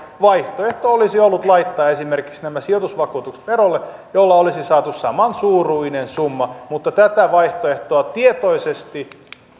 vaihtoehto olisi ollut laittaa esimerkiksi nämä sijoitusvakuutukset verolle jolla olisi saatu samansuuruinen summa mutta tätä vaihtoehtoa tietoisesti